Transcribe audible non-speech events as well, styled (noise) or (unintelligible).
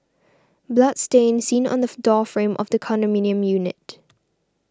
blood stain seen on the (unintelligible) door frame of the condominium unit